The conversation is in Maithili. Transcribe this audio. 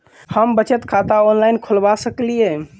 हम बचत खाता ऑनलाइन खोलबा सकलिये?